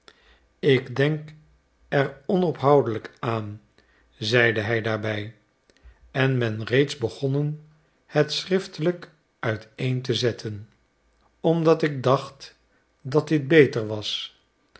ik denk er onophoudelijk aan zeide hij daarbij en ben reeds begonnen het schriftelijk uiteen te zetten omdat ik dacht dat dit beter was